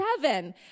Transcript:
seven